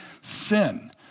sin